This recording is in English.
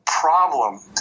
problem